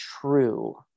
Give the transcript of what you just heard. True